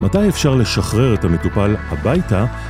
מתי אפשר לשחרר את המטופל הביתה?